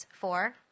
four